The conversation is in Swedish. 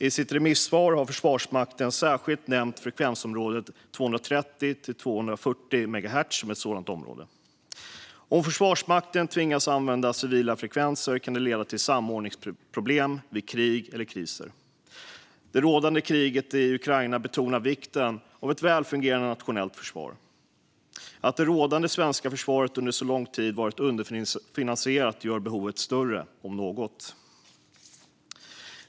I sitt remissvar har Försvarsmakten särskilt nämnt frekvensområdet 230-240 megahertz som ett sådant område. Om Försvarsmakten tvingas använda civila frekvenser kan det leda till samordningsproblem vid krig eller kriser. Det rådande kriget i Ukraina betonar vikten av ett välfungerande nationellt försvar. Att det svenska försvaret under så långt tid varit underfinansierat gör, om något, behovet större.